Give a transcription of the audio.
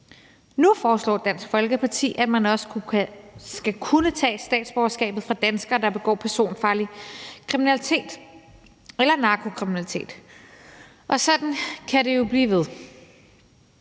Nu foreslår Dansk Folkeparti, at man også skal kunne tage statsborgerskabet fra danskere, der begår personfarlig kriminalitet eller narkokriminalitet. Og sådan kan det jo blive ved.